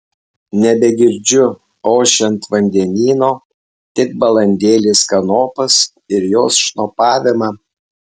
nebegirdžiu ošiant vandenyno tik balandėlės kanopas ir jos šnopavimą